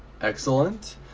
Excellent